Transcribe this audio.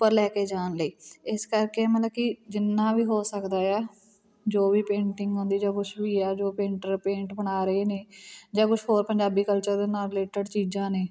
ਉੱਪਰ ਲੈ ਕੇ ਜਾਣ ਲਈ ਇਸ ਕਰਕੇ ਮਤਲਬ ਕਿ ਜਿੰਨਾਂ ਵੀ ਹੋ ਸਕਦਾ ਆ ਜੋ ਵੀ ਪੇਂਟਿੰਗ ਹੁੰਦੀ ਜਾਂ ਕੁਛ ਵੀ ਆ ਜੋ ਪੈਂਟਰ ਪੇਂਟ ਬਣਾ ਰਹੇ ਨੇ ਜਾਂ ਕੁਛ ਹੋਰ ਪੰਜਾਬੀ ਕਲਚਰ ਦੇ ਨਾਲ ਰਿਲੇਟਡ ਚੀਜ਼ਾਂ ਨੇ